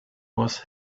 was